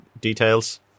details